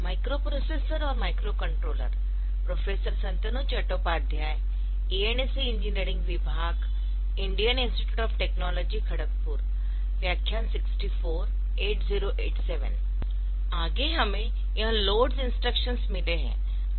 आगे हमें यह लोड्स इंस्ट्रक्शंस मिले है